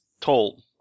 told